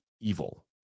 Evil